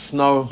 Snow